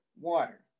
water